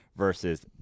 versus